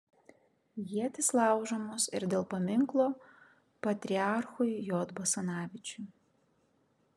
ietys laužomos ir dėl paminklo patriarchui j basanavičiui